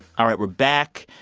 all right, we're back.